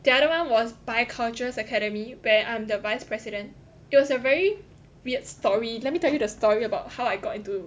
the other one was by cultures academy where I'm the vice president it was a very weird story let me tell you the story about how I got into